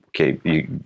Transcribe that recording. Okay